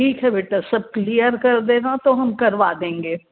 ठीक है बेटा सब क्लियर कर देना तो हम करवा देंगे